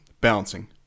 balancing